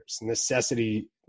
necessity